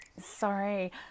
Sorry